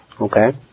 Okay